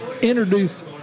introduce